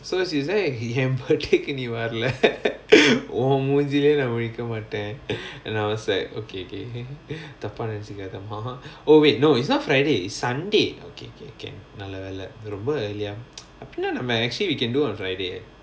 so she say என்:en party கு நீ வரல:ku nee varala உன் மூஞ்சிலயே நா முழிக்க மாட்ட:un moonjilayae naa mulika maata and I was like okay okay தப்பா நினச்சிகாதமா:thappa ninachikaathamaa oh wait it's not friday it's sunday okay okay can நல்ல வேல ரொம்ப இல்லயா:nalla vela romba illayaa அப்புடிலா நம்ம:appudilaa namma actually we can do on friday